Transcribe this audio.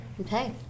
Okay